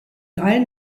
allen